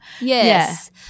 Yes